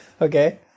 Okay